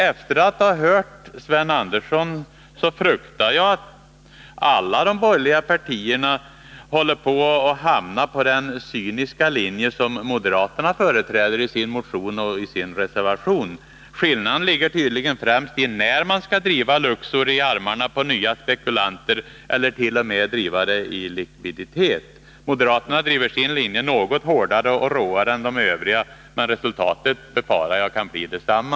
Efter att ha hört Sven Andersson fruktar jag att alla de borgerliga partierna håller på att hamna på den cyniska linje som moderaterna företräder i sin motion och reservation. Skillnaden ligger tydligen främst i när man skall driva Luxor i armarna på nya spekulanter, eller t.o.m. driva företaget i likvidation. Moderaterna driver sin linje något hårdare och råare än de övriga, men jag befarar att resultatet kan bli detsamma.